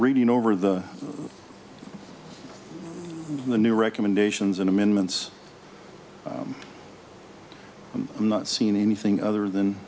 reading over the the new recommendations and amendments and not seen anything other than